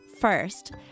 First